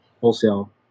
wholesale